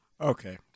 Okay